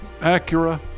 Acura